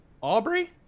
aubrey